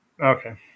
okay